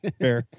Fair